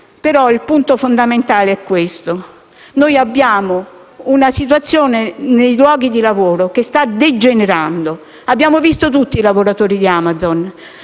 Però il punto fondamentale è questo: noi abbiamo una situazione nei luoghi di lavoro che sta degenerando. Abbiamo visto tutti i lavoratori di Amazon: